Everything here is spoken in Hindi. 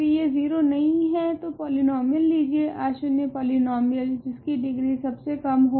यदि यह 0 नहीं है तो पॉलीनोमीयल लीजिए अशून्य पॉलीनोमीयल जिसकी डिग्री सब से कम हो